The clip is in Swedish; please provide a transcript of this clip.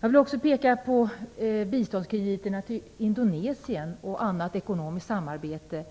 När det gäller biståndskrediterna till Indonesien liksom till Marocko och annat ekonomiskt samarbete